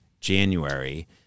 January